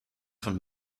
von